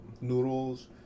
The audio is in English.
Noodles